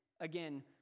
again